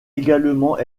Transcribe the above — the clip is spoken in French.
également